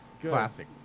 Classic